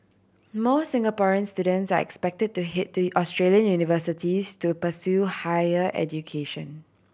more Singaporean students are expected to head to Australian universities to pursue higher education